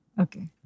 Okay